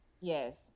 Yes